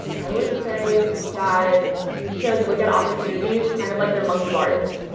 i would say that you should look at opportunities kind of like they're monkey bars,